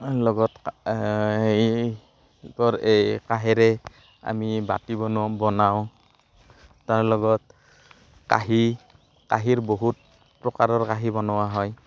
লগত এই কি কয় এই কাঁহেৰে আমি বাতি বনওঁ বনাওঁ তাৰ লগত কাঁহী কাঁহীৰ বহুত প্ৰকাৰৰ কাঁহী বনোৱা হয়